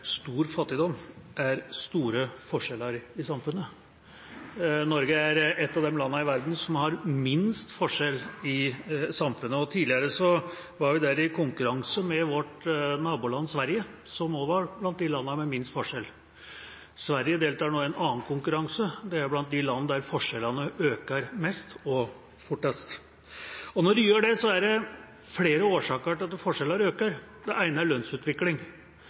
stor fattigdom er store forskjeller i samfunnet. Norge er et av de landene i verden som har minst forskjeller i samfunnet, og der var vi tidligere i konkurranse med vårt naboland Sverige, som òg var blant de landene med minst forskjeller. Sverige deltar nå i en annen konkurranse. Det er blant de land der forskjellene øker mest og fortest. Når de gjør det, er det flere årsaker til det. Det ene er lønnsutvikling.